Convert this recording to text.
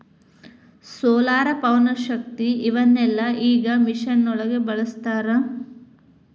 solar, ಪವನಶಕ್ತಿ ಇವನ್ನೆಲ್ಲಾ ಈಗ ಮಿಷನ್ ಒಳಗ ಬಳಸತಾರ